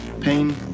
Pain